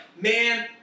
man